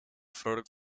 vrolijk